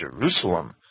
Jerusalem